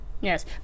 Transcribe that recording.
yes